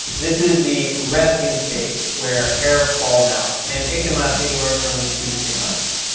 this is the resting stage where hair falls out and it can last anywhere from two to three months.